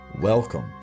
Welcome